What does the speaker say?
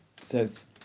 says